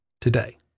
today